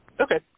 Okay